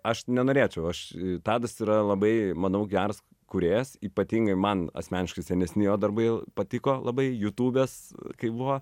aš nenorėčiau aš tadas yra labai manau geras kūrėjas ypatingai man asmeniškai senesni jo darbai patiko labai jutūbės kaip buvo